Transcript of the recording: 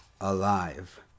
Alive